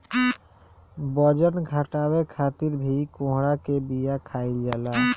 बजन घटावे खातिर भी कोहड़ा के बिया खाईल जाला